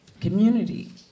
community